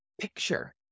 picture